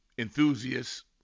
enthusiasts